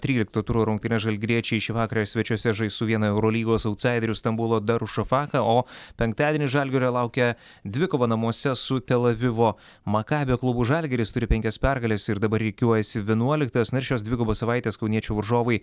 trylikto turo rungtynes žalgiriečiai šį vakarą svečiuose žais su viena eurolygos autsaiderių stambulo darušafaka o penktadienį žalgirio laukia dvikova namuose su tel avivo makabio klubu žalgiris turi penkias pergales ir dabar rikiuojasi vienuoliktas na ir šios dvigubos savaitės kauniečių varžovai